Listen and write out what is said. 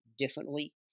Differently